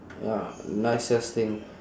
ya nicest thing